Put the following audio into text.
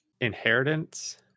inheritance